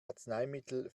arzneimittel